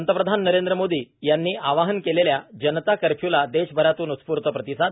पंतप्रधान नरेंद्र मोदी यांनी आवाहन केलेल्या जनता कर्फ्यूला देशभरातून उत्स्फूर्त प्रतिसाद